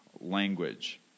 language